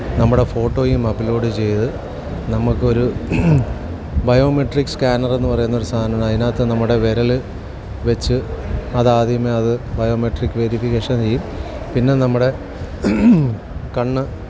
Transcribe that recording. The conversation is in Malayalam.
നമ്മുടെ ഫോട്ടോയും അപ്ലോഡ് ചെയ്ത് നമുക്കൊരു ബയോമേട്രിക്ക് സ്കാനർ എന്നു പറയുന്നൊരു സാധനമാണ് അതിനകത്ത് നമ്മുടെ വിരൽ വെച്ച് അതാദ്യമേ അത് ബയോമെട്രിക്ക് വേരിഫിക്കേഷന് ചെയ്യും പിന്നെ നമ്മുടെ കണ്ണ്